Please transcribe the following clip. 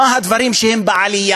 מה הם הדברים שהם בעלייה?